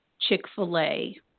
Chick-fil-A